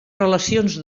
relacions